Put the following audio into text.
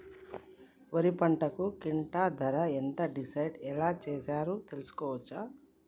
వరి పంటకు క్వింటా ధర ఎంత డిసైడ్ ఎలా చేశారు తెలుసుకోవచ్చా?